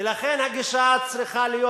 ולכן הגישה צריכה להיות,